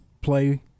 play